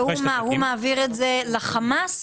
והוא מעביר את זה לחמאס?